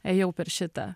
ėjau per šitą